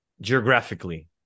geographically